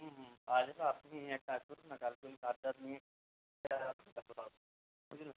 হুম হুম আচ্ছা তো আপনি এক কাজ করুন না কালকে ওই কার্ড টার্ড নিয়ে স্যার আসুন তারপর হবে বুঝলেন